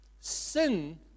Sin